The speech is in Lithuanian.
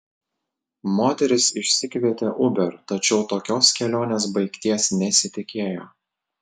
moteris išsikvietė uber tačiau tokios kelionės baigties nesitikėjo